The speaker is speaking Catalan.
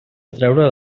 atraure